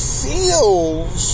feels